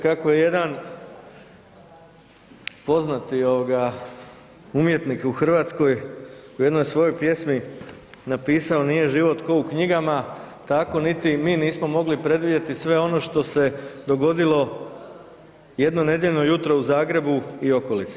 Kako je jedan poznati umjetnik u Hrvatskoj u jednoj svojoj pjesmi napisao „Nije život ko u knjigama“ tako niti mi nismo mogli predvidjeti sve ono što se dogodilo jedno nedjeljno jutro u Zagrebu i okolici.